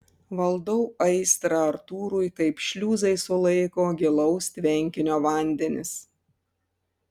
valdau aistrą artūrui kaip šliuzai sulaiko gilaus tvenkinio vandenis